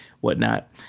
whatnot